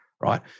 right